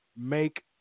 make